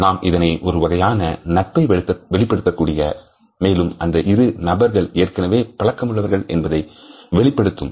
நாம் இதனை ஒருவகையான நட்பை வெளிப்படுத்துவதாகவும் மேலும் அந்த இரு நபர்கள் ஏற்கனவே பழக்கமுள்ளவர்கள் என்பதை வெளிப்படுத்தும்